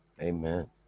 amen